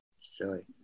Silly